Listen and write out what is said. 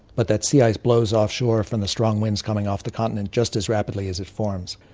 but that sea ice blows offshore from the strong winds coming off the continent just as rapidly as it forms.